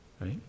Right